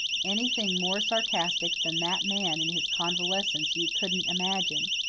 anything more sarcastic than that man in his convalescence you couldn't imagine.